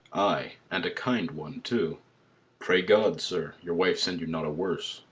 ay, and a kind one too pray god, sir, your wife send you not a worse.